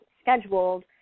scheduled